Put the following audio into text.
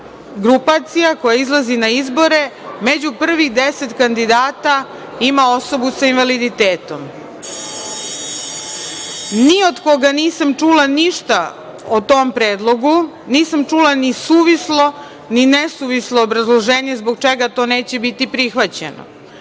grupacija koja izlazi na izbore među prvih 10 kandidata ima osobu sa invaliditetom. Ni od koga nisam čula o tom predlogu, nisam čula ni suvislo, ni nesuvislo obrazloženje zbog čega to neće biti prihvaćeno,